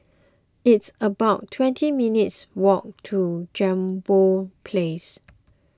it's about twenty minutes' walk to Jambol Place